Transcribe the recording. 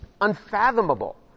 unfathomable